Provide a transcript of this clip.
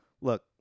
Look